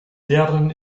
deren